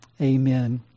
Amen